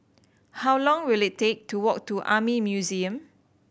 how long will it take to walk to Army Museum